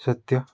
सत्य